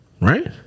Right